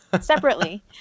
separately